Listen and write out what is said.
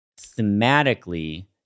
thematically